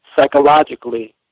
psychologically